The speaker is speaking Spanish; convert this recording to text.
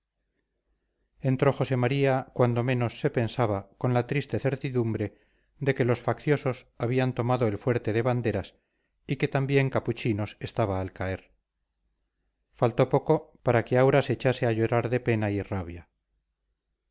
entró josé maría cuando menos se pensaba con la triste certidumbre de que los facciosos habían tomado el fuerte de banderas y que también capuchinos estaba al caer faltó poco para que aura se echase a llorar de pena y rabia